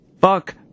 fuck